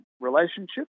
relationship